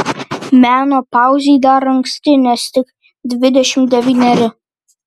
menopauzei dar anksti nes tik dvidešimt devyneri